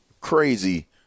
crazy